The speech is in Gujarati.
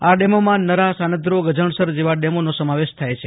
આ ડેમોમાં નરા સાનધ્રો ગજણસર જેવા ડેમોનો સમાવેશ થાય છે